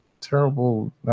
Terrible